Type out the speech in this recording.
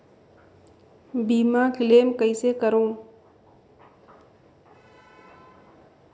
बीमा क्लेम कइसे करों?